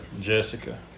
Jessica